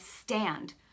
stand